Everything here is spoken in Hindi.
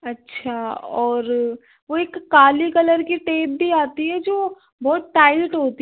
अच्छा और वह एक काले कलर की टेप भी आती है जो बहुत टाइट होती है